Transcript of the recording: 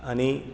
आनी